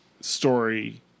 story